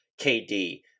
KD